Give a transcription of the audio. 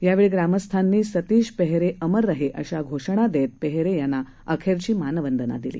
यावेळी ग्रामस्थांनी सतीश पेहरे अमर रहे अशा घोषणा देत पेहरे यांना अखेरची मानवंदना दिली